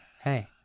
hey